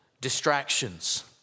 Distractions